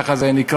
ככה זה נקרא,